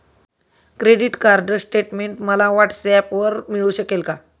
Credit card statement मला व्हॉट्सऍपवर मिळू शकेल का?